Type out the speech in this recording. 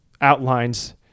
outlines